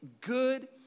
good